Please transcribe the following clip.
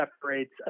separates